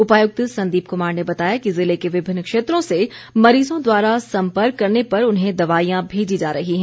उपायुक्त संदीप कुमार ने बताया कि जिले के विभिन्न क्षेत्रों से मरीजों द्वारा सम्पर्क करने पर उन्हें दवाईयां भेजी जा रही हैं